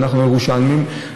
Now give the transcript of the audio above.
אנחנו ירושלמים.